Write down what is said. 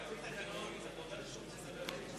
על-פי התקנון, רשות דיבור.